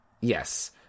Yes